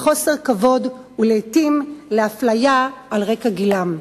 לחוסר כבוד ולעתים לאפליה על רקע גילם.